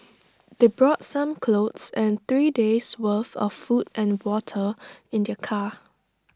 they brought some clothes and three days' worth of food and water in their car